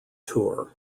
tour